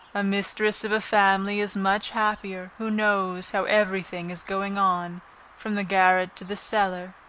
a mistress of a family is much happier, who knows how every thing is going on from the garret to the cellar.